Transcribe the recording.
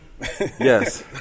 Yes